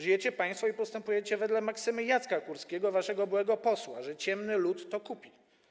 Żyjecie państwo i postępujecie wedle maksymy Jacka Kurskiego, waszego byłego posła, że ciemny lud to kupi.